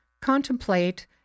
contemplate